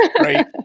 Right